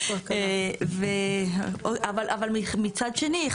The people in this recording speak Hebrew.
אבל מצד שני,